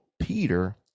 Peter